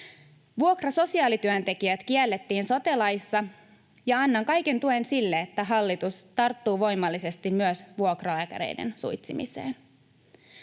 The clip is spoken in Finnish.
Vuokrasosiaalityöntekijät kiellettiin sote-laissa, ja annan kaiken tuen sille, että hallitus tarttuu voimallisesti myös vuokralääkäreiden suitsimiseen.